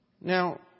Now